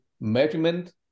measurement